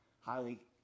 highly